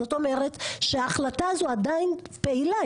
זאת אומרת שההחלטה הזו עדיין פעילה,